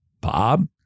Bob